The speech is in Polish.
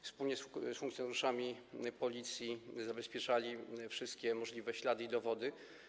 Wspólnie z funkcjonariuszami Policji zabezpieczali wszystkie możliwe ślady i dowody.